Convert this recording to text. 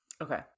Okay